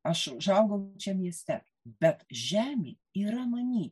aš užaugau čia mieste bet žemė yra manyj